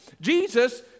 Jesus